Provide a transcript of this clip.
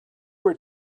were